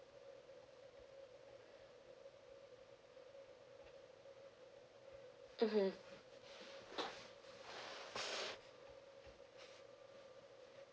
mmhmm